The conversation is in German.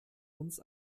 uns